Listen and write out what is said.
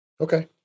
Okay